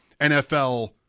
NFL